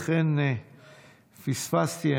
לכן פספסתי.